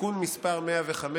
(תיקון מס' 105)